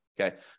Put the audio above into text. Okay